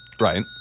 Right